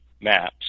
maps